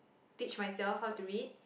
teach myself how to read